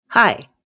Hi